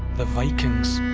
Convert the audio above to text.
the vikings.